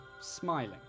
smiling